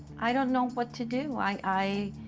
i don't know what to do. like i